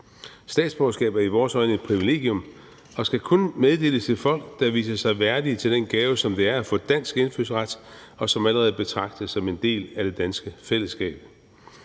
Statsborgerskab er i vores øjne et privilegium og skal kun meddeles folk, der viser sig værdige til den gave, som det er at få dansk indfødsret, og som allerede er at betragte som en del af det danske fællesskab.